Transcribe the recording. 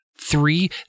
three